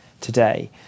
today